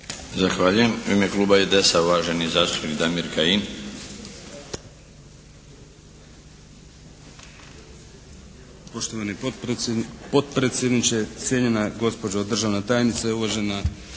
Zahvaljujem. U ime kluba IDS-a uvaženi zastupnik Damir Kajin.